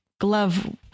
Glove